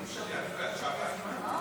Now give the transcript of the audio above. אבל תשיבי, אין בעיה.